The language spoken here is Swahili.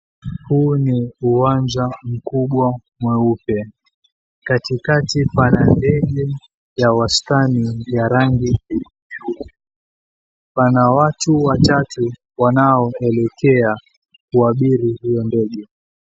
Huu ni uwanja mkubwa mweupe katikati pana ndege ya wastani ya rangi pana watu wachache wanao elekea kuabiri ndege hiyo.